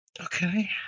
Okay